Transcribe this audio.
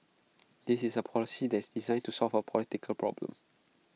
this is A policy that's designed to solve A political problem